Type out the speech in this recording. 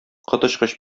коточкыч